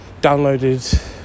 downloaded